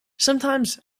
sometimes